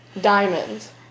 diamonds